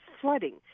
flooding